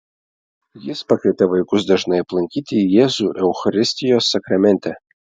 jis pakvietė vaikus dažnai aplankyti jėzų eucharistijos sakramente